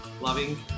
loving